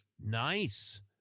Nice